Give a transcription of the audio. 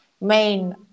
main